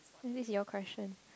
this is your question